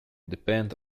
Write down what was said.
depend